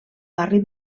barri